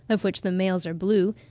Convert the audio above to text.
of which the males are blue,